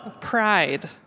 Pride